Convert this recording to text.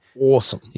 awesome